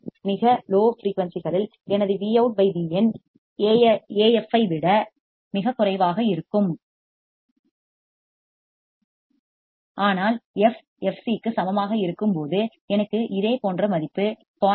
மிக லோ ஃபிரீயூன்சிகளில் எனது Vout Vin Af ஐ விட மிகக் குறைவாக இருக்கும் ஆனால் f fc க்கு சமமாக இருக்கும்போது எனக்கு இதே போன்ற மதிப்பு 0